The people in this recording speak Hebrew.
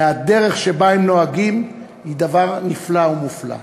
מהדרך שבה הם נוהגים, היא דבר נפלא ומופלא.